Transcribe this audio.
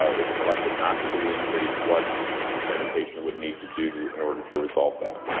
ah if elected not to do the increase what sanitation would need to do in order to resolve that?